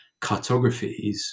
cartographies